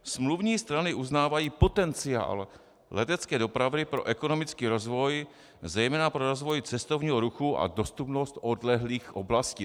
Smluvní strany uznávají potenciál letecké dopravy pro ekonomický rozvoj, zejména pro rozvoj cestovního ruchu a dostupnost odlehlých oblastí.